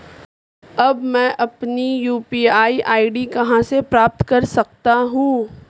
अब मैं अपनी यू.पी.आई आई.डी कहां से प्राप्त कर सकता हूं?